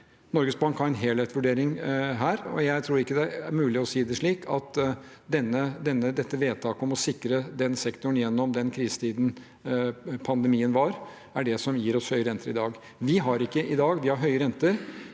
Norges Bank har en helhetsvurdering her, og jeg tror ikke det er mulig å si det slik at dette vedtaket om å sikre den sektoren gjennom den krisetiden pandemien var, er det som gir oss høye renter i dag. Vi har høye renter,